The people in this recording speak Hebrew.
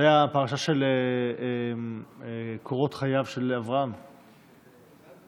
זה הפרשה של קורות חייו של אברהם, וירא?